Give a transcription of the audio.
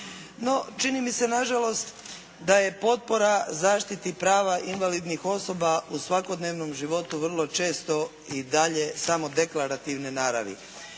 čini mi se na žalost da je potpora zaštiti prava invalidnih osoba u svakodnevnom životu vrlo često i dalje samo deklarativne naravi.